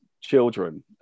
children